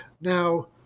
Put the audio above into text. Now